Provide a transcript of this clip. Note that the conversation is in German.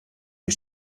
die